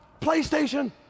PlayStation